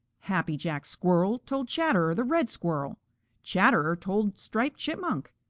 happy jack squirrel told chatterer the red squirrel chatterer told striped chipmunk,